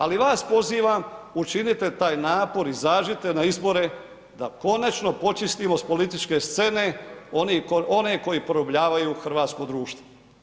Ali vas pozivam učinite taj napor, izađite na izbore da konačno počistimo s političke scene one koji porobljavaju hrvatsko društvo.